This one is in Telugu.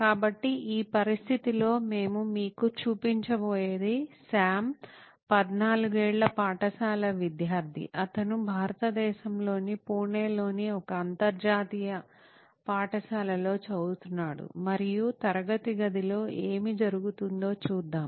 కాబట్టి ఈ పరిస్థితిలో మేము మీకు చూపించబోయేది సామ్ 14 ఏళ్ల పాఠశాల విద్యార్ధి అతను భారతదేశంలోని పూణేలోని ఒక అంతర్జాతీయ పాఠశాలలో చదువుతున్నాడు మరియు తరగతి గదిలో ఏమి జరుగుతుందో చూద్దాం